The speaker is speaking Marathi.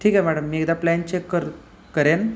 ठीक आहे मॅडम मी एकदा प्लॅन चेक कर करेन